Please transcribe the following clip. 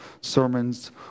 sermons